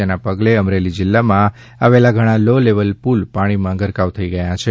જેના પગલે અમરેલી જિલ્લામાં આવેલા ઘણા લો લેવલ પુલ પાણીમાં ગરકાવ થઈ ગયા છે